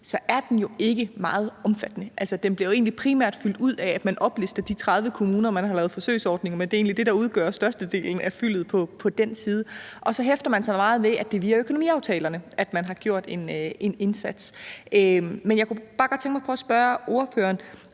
er den jo ikke meget omfattende. Altså, den bliver jo egentlig primært fyldt ud af, at man oplister de 30 kommuner, man har lavet forsøgsordninger med; det er egentlig det, der udgør størstedelen af fyldet på den side. Og så hæfter man sig meget ved, at det er via økonomiaftalerne, man har gjort en indsats, men jeg kunne bare godt tænke mig at prøve at spørge ordføreren,